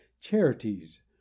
charities